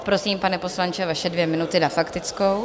Prosím, pane poslanče, vaše dvě minuty na faktickou.